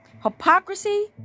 hypocrisy